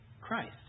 Christ